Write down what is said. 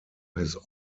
his